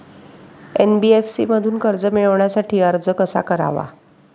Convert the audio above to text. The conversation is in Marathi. एन.बी.एफ.सी मधून कर्ज मिळवण्यासाठी अर्ज कसा करावा?